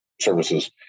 services